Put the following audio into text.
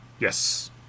Yes